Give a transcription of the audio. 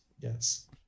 yes